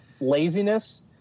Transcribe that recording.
laziness